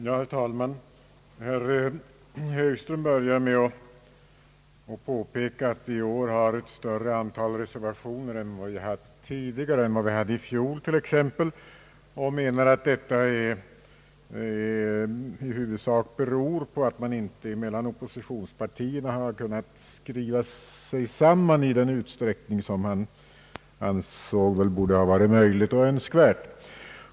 Herr talman! Herr Högström började sitt anförande med att påpeka att det i år finns ett större antal reservationer än tidigare, exempelvis i fjol. Han säger att detta i huvudsak beror på att oppositionspartiernas ledamöter inom utskottet inte kunnat skriva sig samman i den utsträckning som borde varit möjlig och önskvärd.